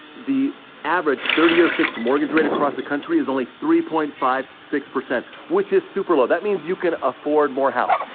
the average thirty year fixed mortgage rate across the country is only three point five six, which is super low. that means you can afford more house.